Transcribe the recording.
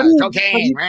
Cocaine